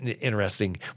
interesting